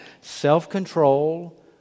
self-control